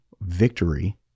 victory